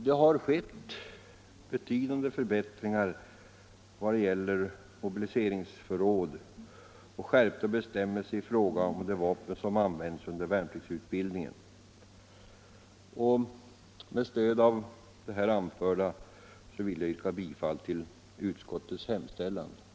Det har skett betydande förbättringar i vad gäller mobliseringsförråden, och skärpta bestämmelser har tillkommit i fråga om de vapen som används under värnpliktsutbildningen. Med stöd av det anförda vill jag yrka bifall till utskottets hemställan.